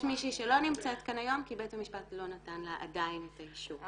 יש מישהי שלא נמצאת כאן היום כי בית המשפט לא נתן לה עדיין את האישור.